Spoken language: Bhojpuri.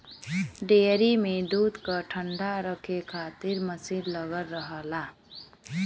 डेयरी में दूध क ठण्डा रखे खातिर मसीन लगल रहला